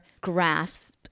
grasp